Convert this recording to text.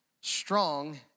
Strong